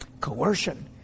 coercion